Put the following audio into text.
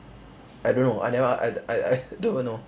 I don't know I never I I I don't even know